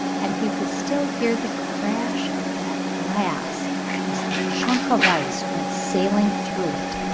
and he could still hear the crash of that glass as the chunk of ice went sailing through it.